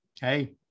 Hey